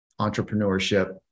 entrepreneurship